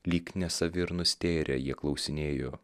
lyg nesavi ir nustėrę jie klausinėjo